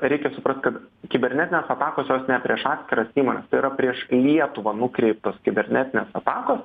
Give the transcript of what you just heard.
reikia suprast kad kibernetinės atakos jos ne prieš atskiras įmones tai yra prieš lietuvą nukreiptos kibernetinės atakos